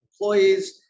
employees